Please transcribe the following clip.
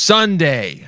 Sunday